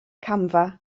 camfa